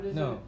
no